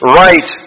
right